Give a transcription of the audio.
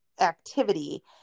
activity